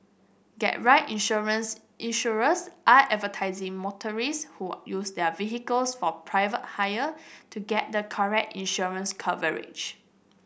get right insurance Insurers are advertising motorist who use their vehicles for private hire to get the correct insurance coverage